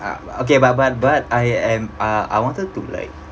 ah okay but but but I am uh I wanted to like